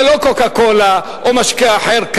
זה לא "קוקה קולה" או משקה קל אחר,